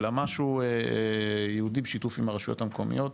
אלא משהו ייעודי בשיתוף הרשויות המקומיות.